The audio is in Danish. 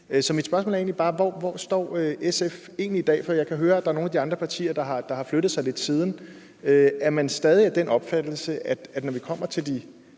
Så mit spørgsmål er egentlig bare: Hvor står SF i dag? Jeg kan høre, at der er nogle af de andre partier, der har flyttet sig lidt siden. Er man stadig af den opfattelse, at når vi kommer til